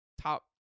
top